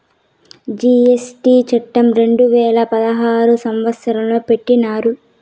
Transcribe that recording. GST చట్టం రెండు వేల పదహారు సంవత్సరంలో పెట్టినారు